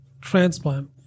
transplant